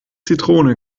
zitrone